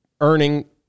earning